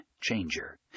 changer